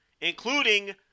including